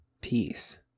peace